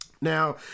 Now